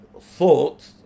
thought